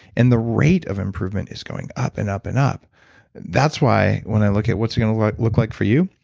and the rate of improvement is going up and up and up that's why when i look at what's it going to look look like for you?